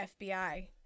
FBI